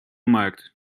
markt